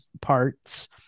parts